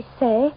say